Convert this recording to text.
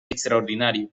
extraordinario